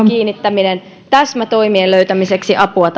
kiinnittäminen täsmätoimien löytämiseksi apua